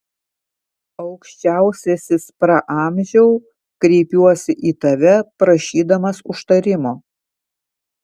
aukščiausiasis praamžiau kreipiuosi į tave prašydamas užtarimo